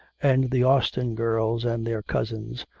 and the austin girls and their cousins,